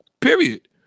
period